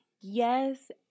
Yes